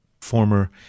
former